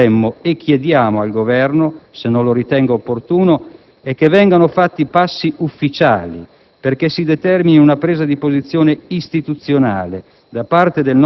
Ciò che vorremmo, e chiediamo al Governo se non lo ritenga opportuno, è che vengano fatti passi ufficiali perché si determini una presa di posizione istituzionale,